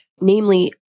namely